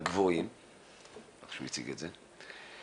הגבוהים כפי שהצגת את זה.